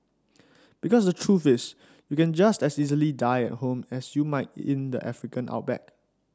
because the truth is you can just as easily die at home as you might in the African outback